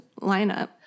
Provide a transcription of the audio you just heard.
lineup